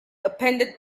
appended